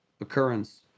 occurrence